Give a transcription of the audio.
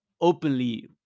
openly